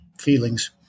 feelings